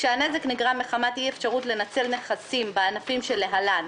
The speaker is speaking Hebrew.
(2)כשהנזק נגרם מחמת אי אפשרות לנצל נכסים בענפים שלהלן,